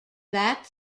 that